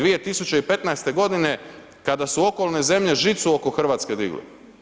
2015. godine kada su okolne zemlje žicu oko Hrvatske digli.